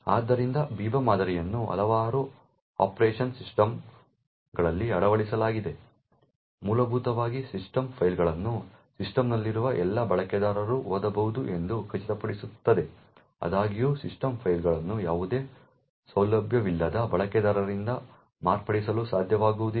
ಆದ್ದರಿಂದ Biba ಮಾದರಿಯನ್ನು ಹಲವಾರು ಆಪರೇಟಿಂಗ್ ಸಿಸ್ಟಂಗಳಲ್ಲಿ ಅಳವಡಿಸಲಾಗಿದೆ ಮೂಲಭೂತವಾಗಿ ಸಿಸ್ಟಮ್ ಫೈಲ್ಗಳನ್ನು ಸಿಸ್ಟಮ್ನಲ್ಲಿರುವ ಎಲ್ಲಾ ಬಳಕೆದಾರರು ಓದಬಹುದು ಎಂದು ಖಚಿತಪಡಿಸುತ್ತದೆ ಆದಾಗ್ಯೂ ಸಿಸ್ಟಮ್ ಫೈಲ್ಗಳನ್ನು ಯಾವುದೇ ಸೌಲಭ್ಯವಿಲ್ಲದ ಬಳಕೆದಾರರಿಂದ ಮಾರ್ಪಡಿಸಲು ಸಾಧ್ಯವಾಗುವುದಿಲ್ಲ